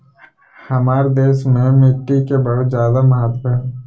हमार देश में मिट्टी के बहुत जायदा महत्व हइ